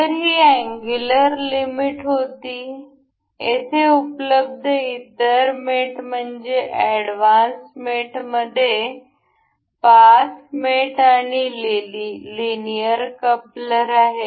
तर ही angular limit होती येथे उपलब्ध इतर मेट म्हणजे एडव्हान्स मेटमध्ये पाथ मेटआणि लिनियर कपलर् आहेत